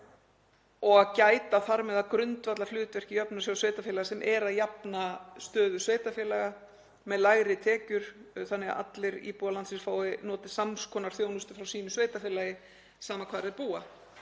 og gæta þar með að grundvallarhlutverki Jöfnunarsjóðs sveitarfélaga sem er að jafna stöðu sveitarfélaga með lægri tekjur þannig að allir íbúar landsins fái notið sams konar þjónustu frá sínu sveitarfélagi sama hvar þeir búa.